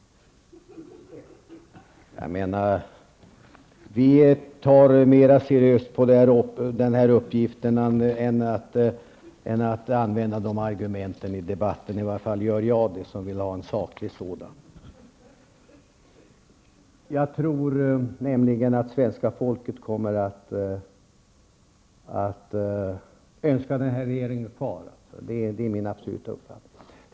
Vi tar mer seriöst på den här uppgiften än att använda de argumenten i debatten. I varje fall gör jag det. Jag vill ha en saklig sådan. Jag tror nämligen att svenska folket kommer att önska ha den här regeringen kvar. Det är min absoluta uppfattning.